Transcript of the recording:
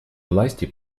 власти